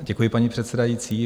Děkuji, paní předsedající.